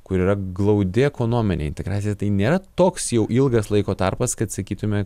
kur yra glaudi ekonominė integracija tai nėra toks jau ilgas laiko tarpas kad sakytume